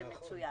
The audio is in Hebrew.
זה מצוין.